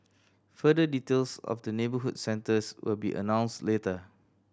further details of the neighbourhood centres will be announced later